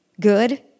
good